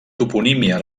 toponímia